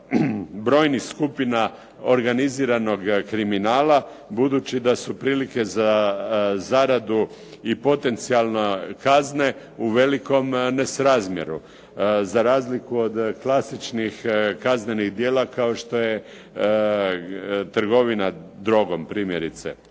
brojnih skupina organiziranog kriminala budući da su prilike za zaradu i potencijalne kazne u velikom nesrazmjeru. Za razliku od klasičnih kaznenih djela kao što je trgovina drogom primjerice.